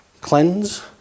Cleanse